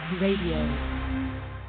RADIO